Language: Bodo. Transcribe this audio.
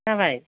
खोनाबाय